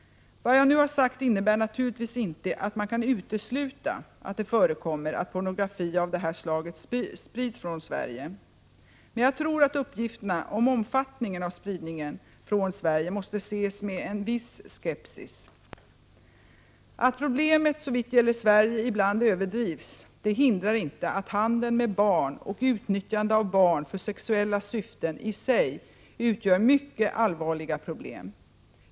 Vad jag nu har sagt innebär naturligtvis inte att man kan utesluta att det förekommer att pornografi av det här slaget sprids från Sverige. Men jag tror att uppgifterna om omfattningen av spridningen från Sverige måste ses med en viss skepsis. Att problemet såvitt gäller Sverige ibland överdrivs hindrar inte att handel med barn och utnyttjande av barn för sexuella syften i sig utgör mycket allvarliga problem.